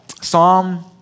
Psalm